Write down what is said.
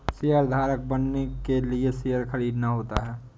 शेयरधारक बनने के लिए शेयर खरीदना होता है